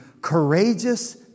courageous